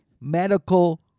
medical